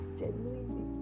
genuinely